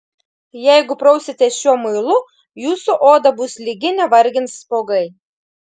jeigu prausitės šiuo muilu jūsų oda bus lygi nevargins spuogai